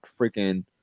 freaking